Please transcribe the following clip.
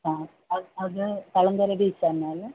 ആ അത് തളങ്കര ബീച്ചാണല്ലേ